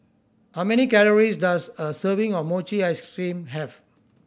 how many calories does a serving of mochi ice cream have